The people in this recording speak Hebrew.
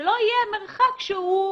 זה לא יהיה מרחק שהוא...